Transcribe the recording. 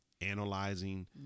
analyzing